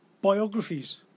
Biographies